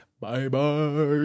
bye-bye